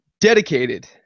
Dedicated